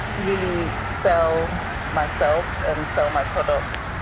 really sell myself and sell my products,